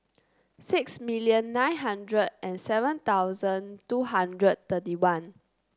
six million nine hundred and seven thousand two hundred thirty one